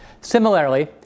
Similarly